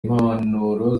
impanuro